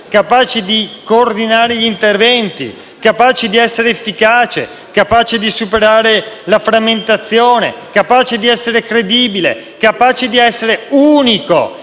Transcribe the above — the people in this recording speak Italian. capace di coordinare gli interventi, di essere efficace, di superare la frammentazione, capace di essere credibile, di essere unico